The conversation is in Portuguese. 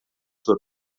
sua